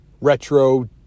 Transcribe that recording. retro